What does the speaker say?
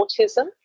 autism